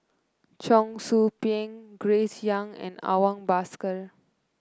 Cheong Soo Pieng Grace Young and Awang Bakar